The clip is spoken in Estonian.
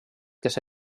kes